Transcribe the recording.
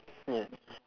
yeah